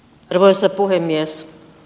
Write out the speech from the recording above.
arvoisa puhemies